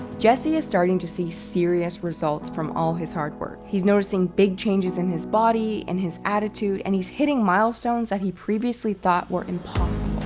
jesse is starting to see serious results from all his hard work. he's noticing big changes in his body, in his attitude, and he's hitting milestones that he previously thought were impossible.